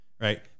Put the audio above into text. right